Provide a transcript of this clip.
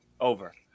over